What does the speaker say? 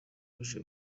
uje